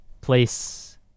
place